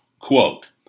Quote